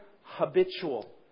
habitual